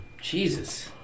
Jesus